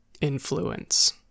influence